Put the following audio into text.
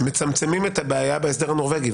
מצמצמים את הבעיה בהסדר הנורבגי,